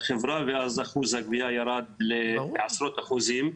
החברה ואז אחוז הגבייה ירד בעשרות אחוזים.